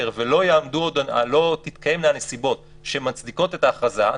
ולא יתקיימו הנסיבות שמצדיקות את ההכרזה,